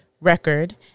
record